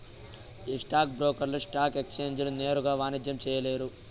ఈ స్టాక్ బ్రోకర్లు స్టాక్ ఎక్సేంజీల నేరుగా వాణిజ్యం చేయలేరు